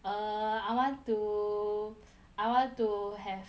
err I want to I want to have